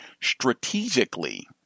strategically